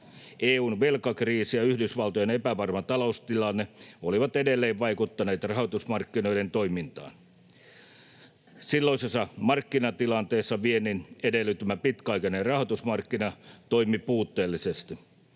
EU:n velkakriisi ja Yhdysvaltojen epävarma taloustilanne olivat edelleen vaikeuttaneet rahoitusmarkkinoiden toimintaa. Silloisessa markkinatilanteessa viennin edellyttämä pitkäaikainen rahoitusmarkkina toimi puutteellisesti.